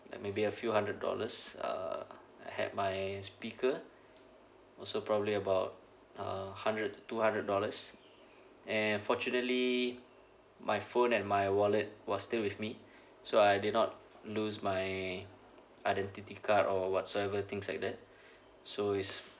and maybe a few hundred dollars uh I had my speaker also probably about uh hundred two hundred dollars and fortunately my phone and my wallet was still with me so I did not lose my identity card or whatsoever things like that so is